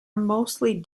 mostly